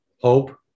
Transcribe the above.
hope